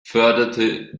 förderte